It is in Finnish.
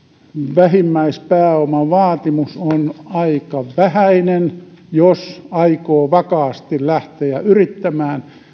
vähimmäispääomavaatimus on aika vähäinen jos aikoo vakaasti lähteä yrittämään